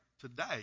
today